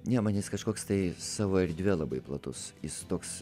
ne man jis kažkoks tai savo erdvę labai platus jis toks